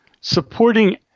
Supporting